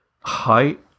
height